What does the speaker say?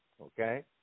Okay